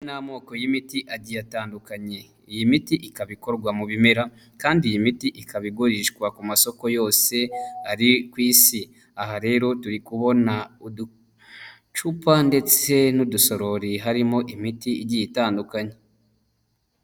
Ni amoko y'imiti agiye atandukanye, iyi miti ikaba ikorwa mu bimera kandi iyi miti ikaba igurishwa ku masoko yose ari ku isi, aha rero turi kubona uducupa ndetse n'udusarori harimo imiti igiye itandukanye.